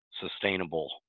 sustainable